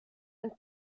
end